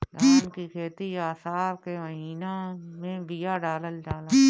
धान की खेती आसार के महीना में बिया डालल जाला?